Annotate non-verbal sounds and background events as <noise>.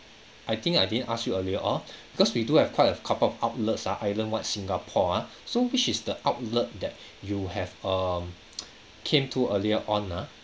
I think I didn't ask you earlier oh because we do have quite a couple of outlets ah islandwide singapore ah so which is the outlet that you have um <noise> came to earlier on ah